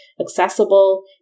accessible